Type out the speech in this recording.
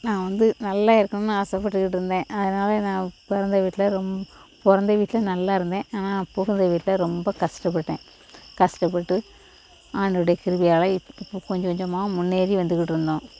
நான் வந்து நல்ல இருக்கணும்னு ஆசை பட்டுக்கிட்டு இருந்தேன் அதனால் நான் பிறந்த வீட்டில் ரொம்ப பிறந்த வீட்டில் நல்லா இருந்தேன் ஆனால் புகுந்த வீட்டில் ரொம்ப கஷ்டப்பட்டேன் கஷ்டப்பட்டு ஆண்டவருடைய கிருபையால் இப்போ கொஞ்சம் கொஞ்சமாக முன்னேறி வந்துகிட்டு இருந்தோம்